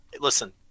Listen